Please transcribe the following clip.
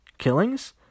killings